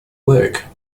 work